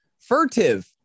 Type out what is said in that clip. furtive